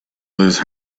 lose